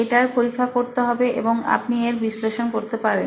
এটার পরীক্ষা করতে হবে এবং আপনি এর বিশ্লেষণ করতে পারেন